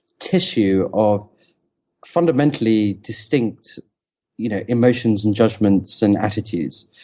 tissue or fundamentally distinct you know emotions and judgments and attitudes.